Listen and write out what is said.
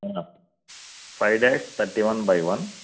five dash thirty one by one